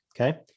Okay